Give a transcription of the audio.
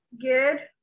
good